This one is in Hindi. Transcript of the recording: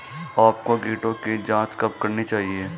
आपको कीटों की जांच कब करनी चाहिए?